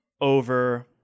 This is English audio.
over